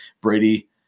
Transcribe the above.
Brady